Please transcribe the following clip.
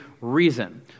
reason